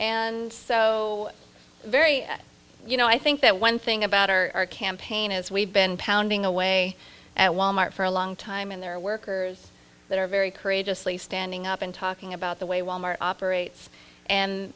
and so very you know i think that one thing about our campaign is we've been pounding away at wal mart for a long time and there are workers that are very courageously standing up and talking about the way wal mart operates and